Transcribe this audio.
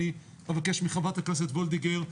אני אבקש מחברת הכנסת וולדיגר,